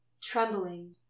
trembling